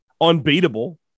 unbeatable